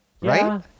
Right